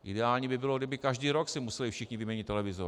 Ideální by bylo, kdyby si každý rok museli všichni vyměnit televizor.